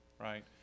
right